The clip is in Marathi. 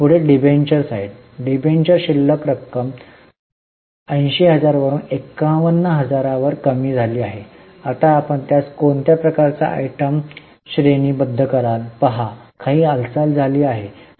पुढे डिबेंचर्स आहे डिबेंचर शिल्लक 80000 वरुन 51000 वर कमी झाले आहे आता आपण त्यास कोणत्या प्रकारची आयटम श्रेणी बद्ध कराल पहा काही हालचाली झाली आहेत शिल्लक कमी आहे